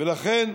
ולכן,